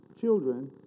children